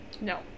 No